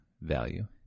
value